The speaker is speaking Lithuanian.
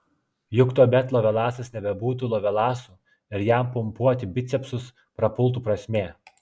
juk tuomet lovelasas nebebūtų lovelasu ir jam pompuoti bicepsus prapultų prasmė